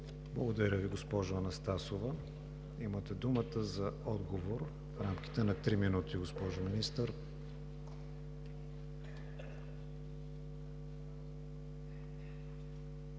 Благодаря Ви, госпожо Анастасова. Имате думата за отговор в рамките на три минути, госпожо Министър.